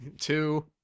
Two